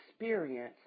experience